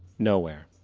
nowhere.